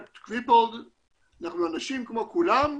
אנחנו אנשים כמו כולם,